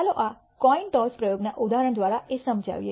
ચાલો આ coin toss પ્રયોગના ઉદાહરણ દ્વારા એ સમજાવીએ